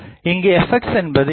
இங்கு fx என்பது என்ன